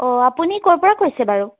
অ' আপুনি ক'ৰ পৰা কৈছে বাৰু